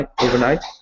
overnight